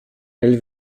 elle